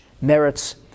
merits